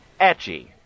etchy